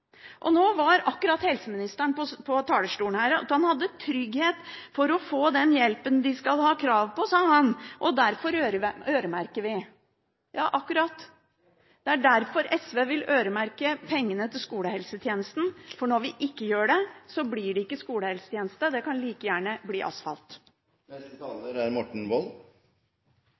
skolehelsetjenesten. Nå var akkurat helseministeren på talerstolen og sa at han hadde trygghet for at de skal få den hjelpen de har krav på, og at man derfor øremerker. Ja, akkurat. Det er derfor SV vil øremerke pengene til skolehelsetjenesten, for når vi ikke gjør det, blir det ikke skolehelsetjeneste. Det kan like gjerne bli